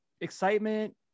excitement